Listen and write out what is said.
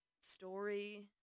story